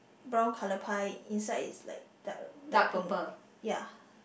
brown colour pie inside is like dark dark pink ya